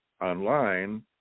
Online